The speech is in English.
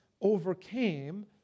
overcame